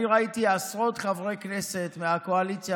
אני ראיתי עשרות חברי כנסת מהקואליציה